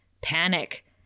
panic